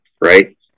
Right